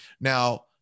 now